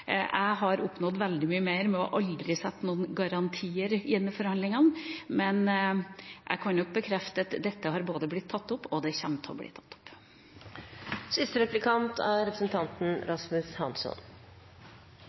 jeg til …» Jeg har oppnådd veldig mye mer gjennom aldri å stille noen garantier i forhandlingene. Men jeg kan bekrefte at dette både har blitt tatt opp og kommer til å bli tatt opp. Representanten